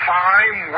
time